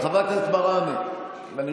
חברת הכנסת מראענה, נא